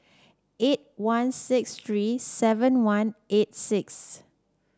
eight one six three seven one eight six